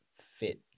fit